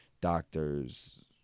Doctors